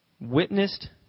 witnessed